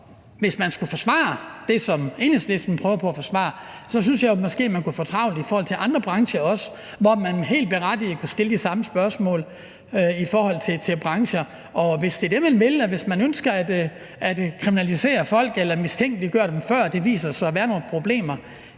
hvis man skulle forsvare det, som Enhedslisten prøver på at forsvare, så synes jeg jo måske også, man kunne få travlt i forhold til andre brancher, hvor man helt berettiget kunne stille de samme spørgsmål, og hvis det er det, man vil, og hvis man ønsker at kriminalisere folk eller mistænkeliggøre dem, før der viser sig at være nogle problemer,